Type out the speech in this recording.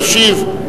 תשיב.